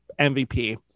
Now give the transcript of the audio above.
MVP